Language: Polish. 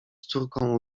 córką